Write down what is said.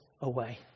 away